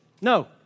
No